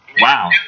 wow